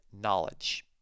knowledge